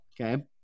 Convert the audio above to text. okay